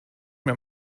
mir